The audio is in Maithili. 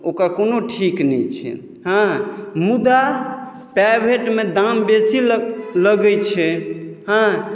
ओकर कोनो ठीक नहि छन्हि हँ मुदा प्राइवेटमे दाम बेसी ल लगैत छै हँ